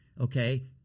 okay